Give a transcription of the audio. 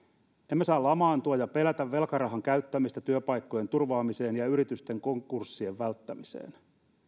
emme saa lamaantua ja pelätä velkarahan käyttämistä työpaikkojen turvaamiseen ja yritysten konkurssien välttämiseen